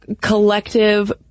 collective